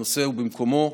הנושא הוא במקומו,